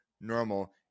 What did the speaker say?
normal